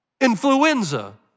Influenza